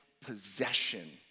possession